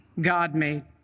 God-made